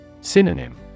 Synonym